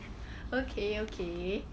okay okay